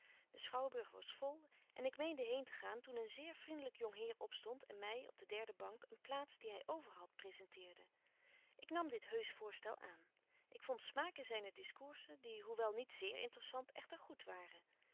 de schouwburg was vol en ik meende heen te gaan toen een zeer vriendelyk jongheer opstondt en my op de derde bank een plaats die hy over hadt presenteerde ik nam dit heusch voorstel aan ik vond smaak in zyne discoursen die hoewel niet zeer intressant echter goed waren